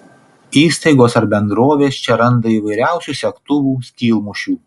įstaigos ar bendrovės čia randa įvairiausių segtuvų skylmušių